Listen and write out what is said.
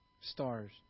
stars